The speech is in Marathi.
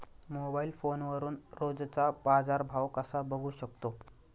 मोबाइल फोनवरून रोजचा बाजारभाव कसा बघू शकतो?